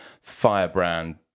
firebrand